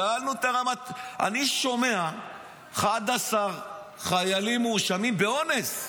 שאלנו, אני שומע 11 חיילים מואשמים באונס.